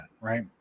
Right